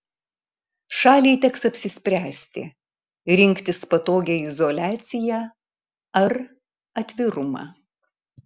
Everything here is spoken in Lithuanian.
šaliai teks apsispręsti rinktis patogią izoliaciją ar atvirumą